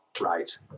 right